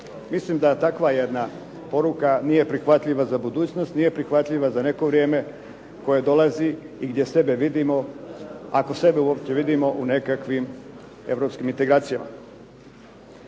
Mislim da takva jedna poruka nije prihvatljiva za budućnost, nije prihvatljiva za neko vrijeme koje dolazi i gdje sebe vidimo, ako sebe uopće vidimo u nekakvim europskim integracijama.